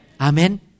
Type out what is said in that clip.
Amen